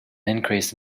increase